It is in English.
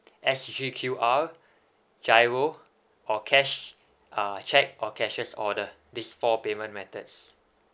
S_G_Q_R giro or cash uh cheque or cashier's order this four payment methods